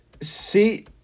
See